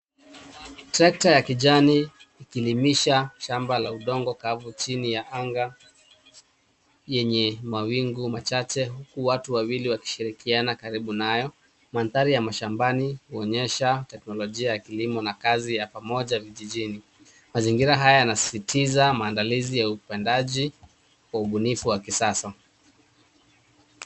Trakta ya kijani ikilimisha shamba la udongo kavu chini ya anga yenye mawingu machache, huku watu wawili wakishirikiana karibu nayo. Mandhari ya mashambani inaonyesha teknolojia ya kilimo na kazi ya pamoja vijijini. Mazingira haya yanasisitiza maandalizi ya upandaji kwa ubunifu wa kisasa.